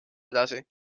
edasi